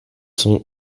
sont